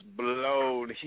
blown